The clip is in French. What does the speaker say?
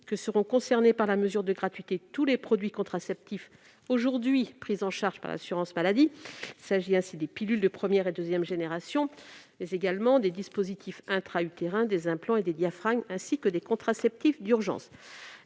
que seront concernés par la mesure de gratuité tous les produits contraceptifs pris en charge par l'assurance maladie, qu'il s'agisse des pilules de première et deuxième générations, des dispositifs intra-utérins, des implants, des diaphragmes ou des contraceptifs d'urgence.